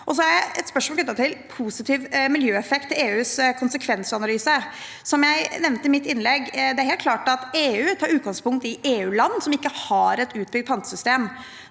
et spørsmål knyttet til positiv miljøeffekt og EUs konsekvensanalyse. Som jeg nevnte i mitt innlegg, er det helt klart at EU tar utgangspunkt i EU-land som ikke har et utbygd pantesystem.